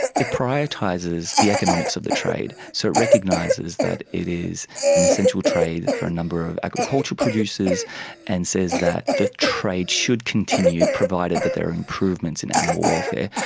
it prioritises the economics of the trade, so it recognises that it is an essential trade for a number of agricultural producers and says that the trade should continue, provided that there are improvements in animal welfare.